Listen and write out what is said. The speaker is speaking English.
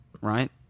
right